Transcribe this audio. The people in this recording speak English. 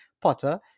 Potter